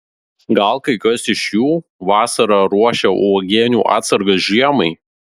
gal kai kas iš jų vasarą ruošia uogienių atsargas žiemai